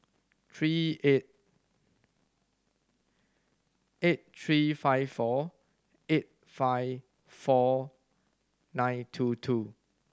three eight eight three five four eight five four nine two two